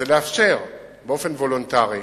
זה לאפשר באופן וולונטרי